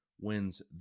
wins